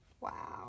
Wow